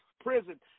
prison